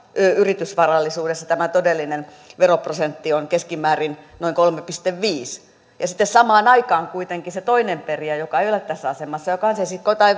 yritysvarallisuudessa todellinen veroprosentti on keskimäärin noin kolme pilkku viisi ja sitten samaan aikaan kuitenkin se toinen perijä joka ei ole tässä asemassa ja joka on sisko